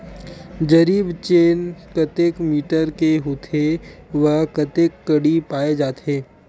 जरीब चेन कतेक मीटर के होथे व कतेक कडी पाए जाथे?